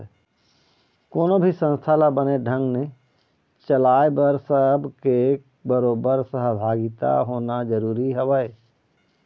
कोनो भी संस्था ल बने ढंग ने चलाय बर सब के बरोबर सहभागिता होना जरुरी हवय